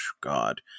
God